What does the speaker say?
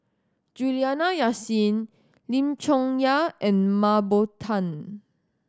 Juliana Yasin Lim Chong Yah and Mah Bow Tan